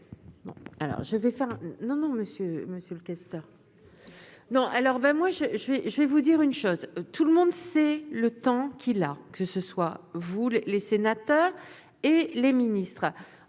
je vais vous dire une chose, tout le monde, c'est le temps qu'il a, que ce soit vous les sénateurs et les ministres